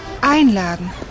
Einladen